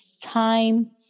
time